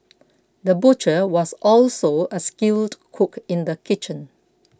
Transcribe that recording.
the butcher was also a skilled cook in the kitchen